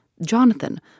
Jonathan